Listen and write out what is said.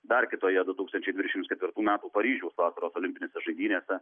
dar kitoje du tūkstančiai dvidešims ketvirtų metų paryžiaus vasaros olimpinėse žaidynėse